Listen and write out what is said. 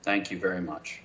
thank you very much